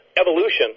evolution